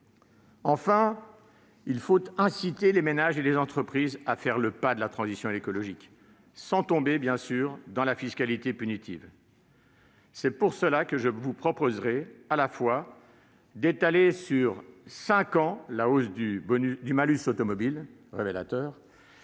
Enfin, il faut inciter les ménages et les entreprises à faire le pas de la transition écologique, sans tomber, bien sûr, dans la fiscalité punitive. C'est pour cela que je vous proposerai d'étaler sur cinq ans la hausse du malus automobile, tout